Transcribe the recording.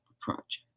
project